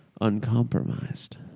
uncompromised